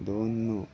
दोन नू